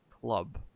club